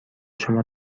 شما